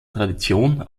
tradition